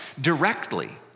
directly